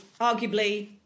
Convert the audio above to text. arguably